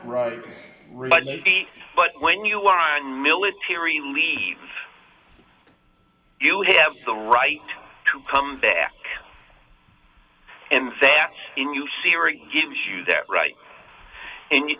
right but when you are in military leave you have the right to come there and that in you series gives you that right and you